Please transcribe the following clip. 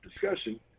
discussion